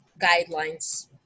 guidelines